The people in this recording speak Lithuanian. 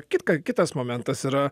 kitką kitas momentas yra